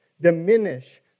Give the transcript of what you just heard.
diminish